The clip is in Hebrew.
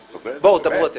בואו, דברו אתם.